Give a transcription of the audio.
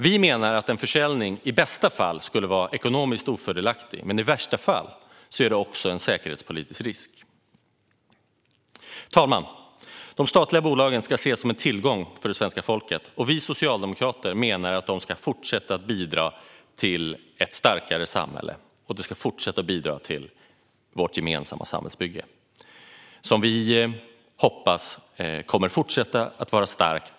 Vi menar att en försäljning i bästa fall skulle vara ekonomiskt ofördelaktig och i värsta fall också en säkerhetspolitisk risk. Herr talman! De statliga bolagen ska ses som en tillgång för svenska folket. Vi socialdemokrater menar att de ska fortsätta att bidra till ett starkare samhälle och till vårt gemensamma samhällsbygge, som vi hoppas kommer att fortsätta att vara starkt.